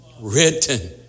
written